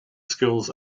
skills